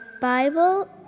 Bible